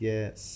Yes